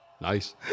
Nice